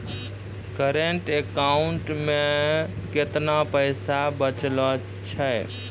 Current account मे केतना पैसा बचलो छै?